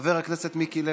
חבר הכנסת מיקי לוי.